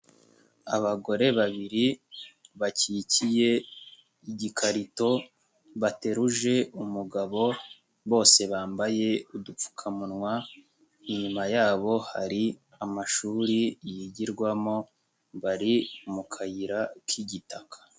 Abagore babiri bakikiye igikarito bateruje umugabo bose bambaye udupfukamunwa, inyuma yabo hari amashuri yigirwamo bari mu kayira k'igitaka.